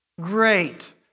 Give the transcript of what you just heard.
Great